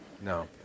No